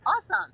Awesome